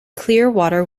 clearwater